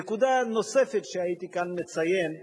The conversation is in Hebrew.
נקודה נוספת שהייתי מציין כאן,